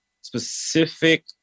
specific